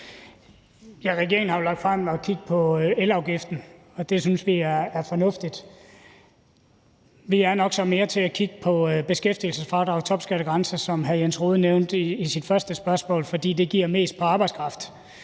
Regeringen har jo lagt frem, at der skal kigges på elafgiften, og det synes vi er fornuftigt. Vi er så nok mere til at kigge på beskæftigelsesfradraget og topskattegrænsen, som hr. Jens Rohde nævnte det i sit første spørgsmål, fordi det giver mest på arbejdskraft.